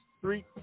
three